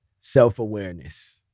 self-awareness